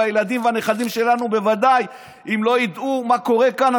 ובוודאי אם הילדים והנכדים שלנו לא ידעו מה קורה כאן,